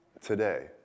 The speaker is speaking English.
today